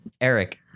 Eric